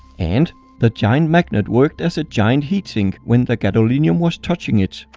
and the giant magnet worked as a giant heat sink when the gadolinium was touching it.